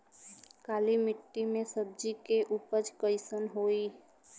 काली मिट्टी में सब्जी के उपज कइसन होई?